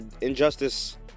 injustice